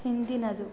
ಹಿಂದಿನದು